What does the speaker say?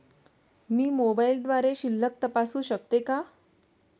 मी मोबाइलद्वारे शिल्लक तपासू शकते का?